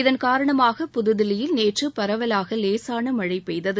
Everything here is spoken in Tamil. இதன் காரணமாக புதுதில்லியில் நேற்று பரவவாக லேசான மழை பெய்தது